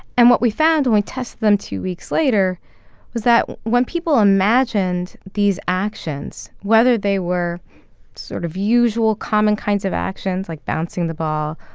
and what we found when we tested them two weeks later was that when people imagined these actions, whether they were sort of usual common kinds of actions, like bouncing the ball,